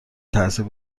تاثیر